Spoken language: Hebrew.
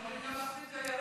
הם יכולים גם להחליט שהירח,